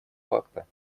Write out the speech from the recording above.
факта